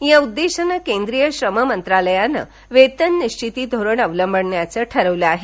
या उद्देशाने केंद्रीय श्रम मंत्रालयाने वेतन निश्चिती धोरण अवलंबिण्याचे ठरविले आहे